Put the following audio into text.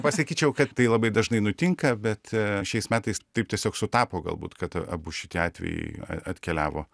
pasakyčiau kad tai labai dažnai nutinka bet a šiais metais taip tiesiog sutapo galbūt kad abu šitie atvejai a atkeliavo